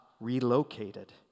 relocated